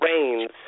rains